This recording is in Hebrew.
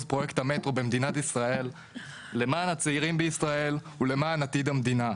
פרויקט המטרו במדינת ישראל למען הצעירים בישראל ולמען עתיד המדינה.